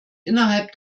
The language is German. innerhalb